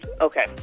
okay